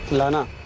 rihana.